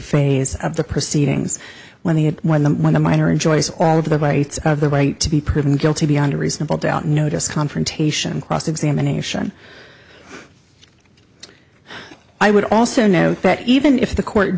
phase of the proceedings when he had when the when the miner enjoys all of the weight of the weight to be proven guilty beyond a reasonable doubt notice confrontation cross examination i would also note that even if the court